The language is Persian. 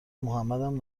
محمدم